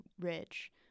rich